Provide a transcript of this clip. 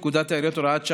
הגבלת פעילות),